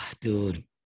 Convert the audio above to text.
Dude